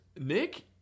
Nick